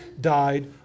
died